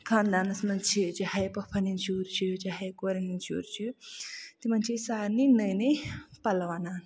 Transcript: خاندَنَس منٛز چھِ چاہے پوٚپھن ہِندۍ شُرۍ چھِ کورٮ۪ن ہِندۍ شُرۍ چھِ تِمَن چھِ أسۍ سارنٕے نٔے نٔے پَلو اَنان